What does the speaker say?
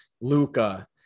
Luca